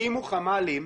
תקימו חמ"לים.